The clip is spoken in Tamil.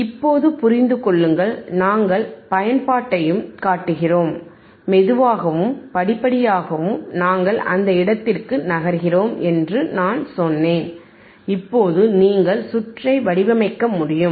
இப்போது புரிந்து கொள்ளுங்கள் நாங்கள் பயன்பாட்டையும் காட்டுகிறோம் மெதுவாகவும் படிப்படியாகவும் நாங்கள் அந்த இடத்திற்கு நகர்கிறோம் என்று நான் சொன்னேன் இப்போது நீங்கள் சுற்றை வடிவமைக்க முடியும்